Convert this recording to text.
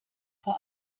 vor